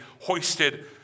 hoisted